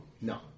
No